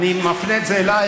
אני מפנה את זה אלייך,